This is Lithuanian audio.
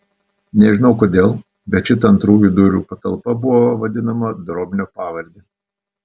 nežinau kodėl bet šita antrųjų durų patalpa buvo vadinama drobnio pavarde